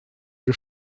или